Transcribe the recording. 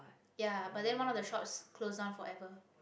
ya but then one of the shops close down forever